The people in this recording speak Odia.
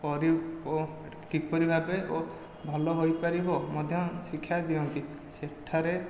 ପରି କିପରି ଭାବେ ଓ ଭଲ ହୋଇପାରିବ ମଧ୍ୟ ଶିକ୍ଷା ଦିଅନ୍ତି ସେଠାରେ